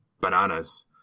bananas